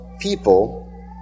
people